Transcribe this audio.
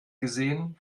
gesehen